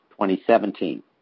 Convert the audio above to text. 2017